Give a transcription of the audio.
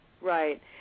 Right